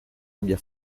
abbia